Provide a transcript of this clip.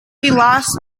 lost